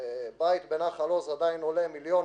בית בנחל עוז עדיין עולה 1 מיליון,